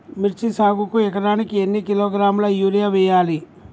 మిర్చి సాగుకు ఎకరానికి ఎన్ని కిలోగ్రాముల యూరియా వేయాలి?